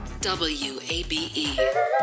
WABE